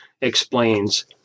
Explains